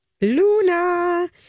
Luna